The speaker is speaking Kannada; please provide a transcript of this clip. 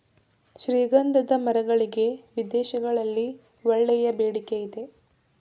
ಶ್ರೀಗಂಧದ ಮರಗಳಿಗೆ ವಿದೇಶಗಳಲ್ಲಿ ಒಳ್ಳೆಯ ಬೇಡಿಕೆ ಇದೆ